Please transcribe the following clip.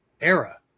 era